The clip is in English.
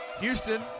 Houston